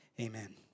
Amen